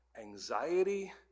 anxiety